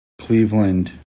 Cleveland